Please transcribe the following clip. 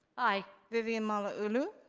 aye. vivian malauulu?